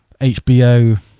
HBO